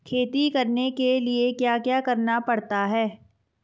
खेती करने के लिए क्या क्या करना पड़ता है?